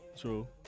True